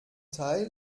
teil